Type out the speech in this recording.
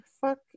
fuck